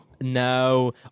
No